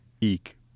eek